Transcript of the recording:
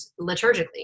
liturgically